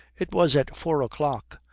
it was at four o'clock.